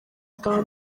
bwa